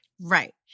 Right